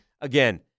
again